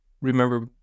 remember